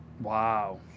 Wow